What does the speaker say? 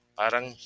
parang